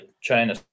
China